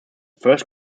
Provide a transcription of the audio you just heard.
first